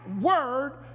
word